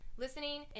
listening